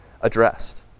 addressed